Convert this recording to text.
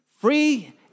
free